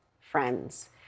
friends